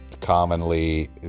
commonly